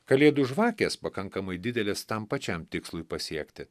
kalėdų žvakės pakankamai didelės tam pačiam tikslui pasiekti